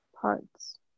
parts